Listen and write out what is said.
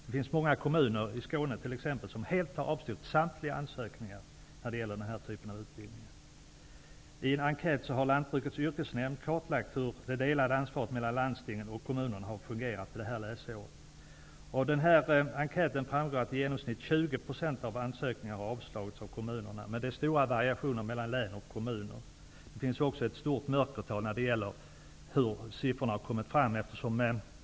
Det finns många kommuner, t.ex. i Skåne, som har avstyrkt samtliga ansökningar till den här typen av utbildning. I en enkät har Lantbrukets yrkesnämnd kartlagt hur det delade ansvaret mellan landstingen och kommunerna har fungerat under läsåret. Av enkäten framgår att i genomsnitt 20 % av ansökningarna har avslagits av kommunerna. Det finns dock stora variationer mellan olika län och kommuner. Det finns också ett stort mörkertal när det gäller hur siffrorna har kommit fram.